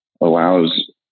allows